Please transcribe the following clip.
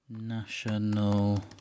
National